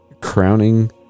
Crowning